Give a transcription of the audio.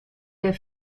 der